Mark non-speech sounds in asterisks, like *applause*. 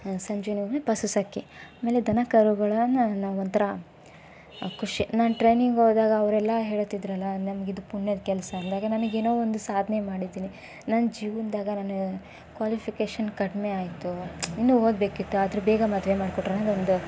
ಸಂಜೆಯೂ *unintelligible* ಆಮೇಲೆ ದನ ಕರುಗಳನ್ನು ನಾವು ಒಂಥರಾ ಖುಷಿ ನಾನು ಟ್ರೈನಿಂಗ್ ಹೋದಾಗ ಅವರೆಲ್ಲ ಹೇಳುತ್ತಿದ್ದರಲ್ಲ ನನಗಿದು ಪುಣ್ಯದ ಕೆಲಸ ಅಂದಾಗ ನನಗೇನು ಒಂದು ಸಾಧನೆ ಮಾಡಿದ್ದೀನಿ ನನ್ನ ಜೀವನ್ದಾಗ ನಾನು ಕ್ವಾಲಿಫಿಕೇಷನ್ ಕಡಿಮೆ ಆಯಿತು ಇನ್ನೂ ಓದಬೇಕಿತ್ತು ಆದರೆ ಬೇಗ ಮದುವೆ ಮಾಡಿಕೊಟ್ರಲ್ಲ ಅನ್ನೋದೊಂದು